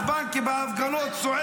החוצה.